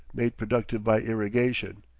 made productive by irrigation.